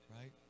Right